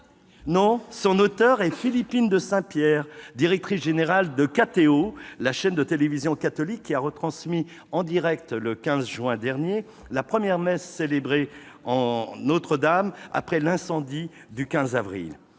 Non, son auteur est Philippine de Saint-Pierre, directrice générale de KTO, la chaîne de télévision catholique qui a retransmis en direct, le 15 juin dernier, la première messe célébrée à Notre-Dame après l'incendie du 15 avril.